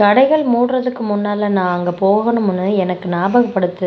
கடைகள் மூடுறதுக்கு முன்னால் நான் அங்கே போகணும்னு எனக்கு ஞாபகப்படுத்து